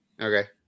Okay